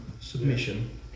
submission